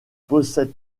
possède